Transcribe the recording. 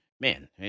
man